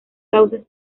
sauces